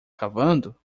cavando